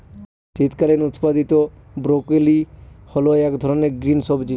শীতকালীন উৎপাদীত ব্রোকলি হল এক ধরনের গ্রিন সবজি